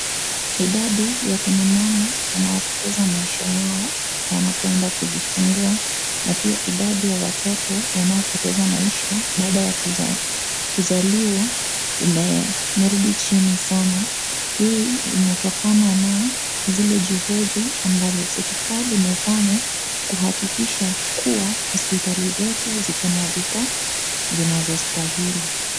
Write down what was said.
Idadi ya kina mama wanaopoteza maisha yao wanapoenda kujifungua, na pia idadi ya watoto wanaopoteza maisha baada ya kuza kuzaliwa ume umerudi chini sana, hii inatokana na zile juhudi ambazo serikali imefanya kuhakikisha kuwa hospitali zetu ziko na vifaa zinazostahili.